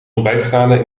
ontbijtgranen